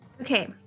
okay